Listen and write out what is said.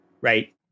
right